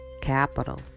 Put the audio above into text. capital